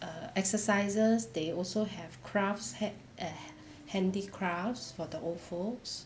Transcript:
err exercises they also have crafts had err handicrafts for the old folks